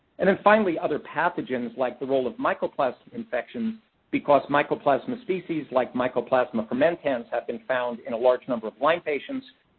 and then, finally, other pathogens like the role of mycoplasma infections because mycoplasma species, like mycoplasma fermentans have been found in a large number of lyme patients.